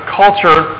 culture